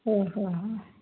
হয় হয় হয়